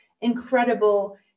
incredible